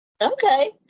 Okay